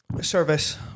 Service